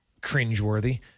cringeworthy